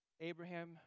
Abraham